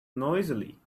noisily